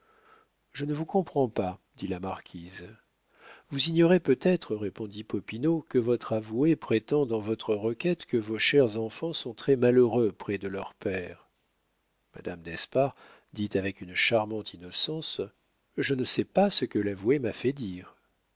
je ne vous comprends pas dit la marquise vous ignorez peut-être répondit popinot que votre avoué prétend dans votre requête que vos chers enfants sont très-malheureux près de leur père madame d'espard dit avec une charmante innocence je ne sais pas ce que l'avoué m'a fait dire